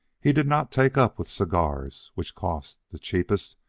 he did not take up with cigars, which cost, the cheapest,